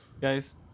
guys